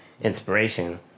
inspiration